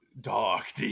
dark